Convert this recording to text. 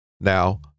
Now